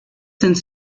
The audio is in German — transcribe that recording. sind